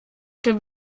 können